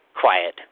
quiet